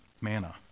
manna